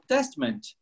Testament